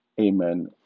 Amen